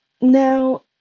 Now